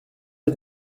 est